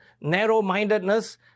narrow-mindedness